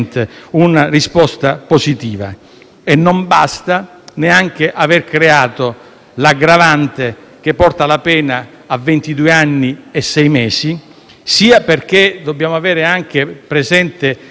Non basta neanche aver creato l'aggravante che porta la pena a ventidue anni e sei mesi, perché dobbiamo avere anche presente il criterio della proporzionalità delle pene: